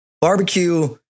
Barbecue